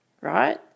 Right